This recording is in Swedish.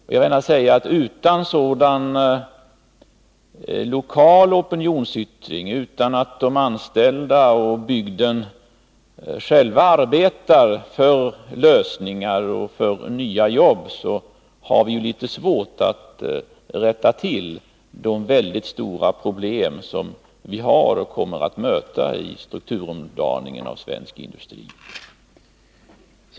Jag vill gärna säga att utan sådan lokal opinionsyttring, utan att de anställda och bygden själva arbetar för lösningar och för nya jobb har vi litet svårt att rätta till de väldigt stora problem som vi har och kommer att möta i strukturomdaningen av svensk industri.